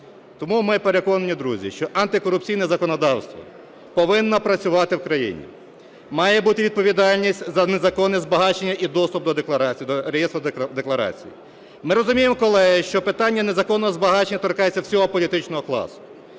Тому ми переконані, друзі, що антикорупційне законодавство повинно працювати в країні, має бути відповідальність за незаконне збагачення і доступ до реєстру декларацій. Ми розуміємо, колеги, що питання незаконного збагачення торкається всього політичного класу.